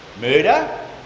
murder